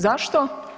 Zašto?